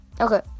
Okay